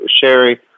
Sherry